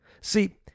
See